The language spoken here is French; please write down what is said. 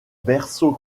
berceaux